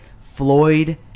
Floyd